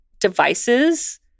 devices